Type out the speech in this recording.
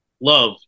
love